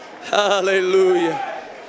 Hallelujah